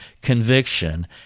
conviction